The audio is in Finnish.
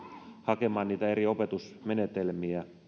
hakemaan niitä eri opetusmenetelmiä